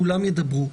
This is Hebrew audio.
כולם ידברו,